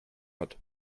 hat